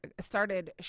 started